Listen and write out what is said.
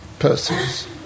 persons